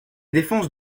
défenses